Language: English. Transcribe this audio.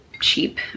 cheap